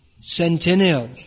centennial